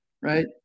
right